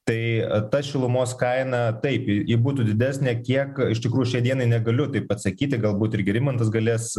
tai ta šilumos kaina taip ji būtų didesnė kiek iš tikrųjų šiai dienai negaliu taip atsakyti galbūt ir gerimantas galės